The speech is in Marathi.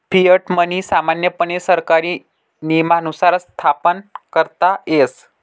फिएट मनी सामान्यपणे सरकारी नियमानुसारच स्थापन करता येस